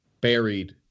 Buried